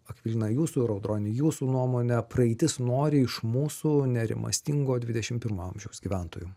akvilina jūsų ir audroni jūsų nuomone praeitis nori iš mūsų nerimastingo dvidešim pirmo amžiaus gyventojų